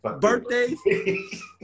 birthdays